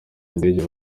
indege